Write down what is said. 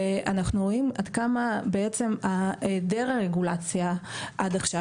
ואנחנו רואים עד כמה בעצם היעדר הרגולציה עד עכשיו,